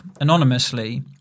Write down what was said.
anonymously